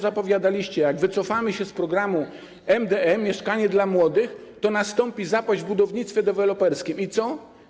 Zapowiadaliście, że jak wycofamy się z programu MdM „Mieszkanie dla młodych”, to nastąpi zapaść w budownictwie deweloperskim i co?